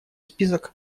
список